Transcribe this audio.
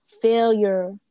Failure